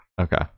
Okay